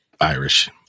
Irish